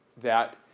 that